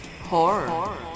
horror